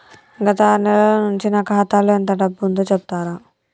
గత ఆరు నెలల నుంచి నా ఖాతా లో ఎంత డబ్బు ఉందో చెప్తరా?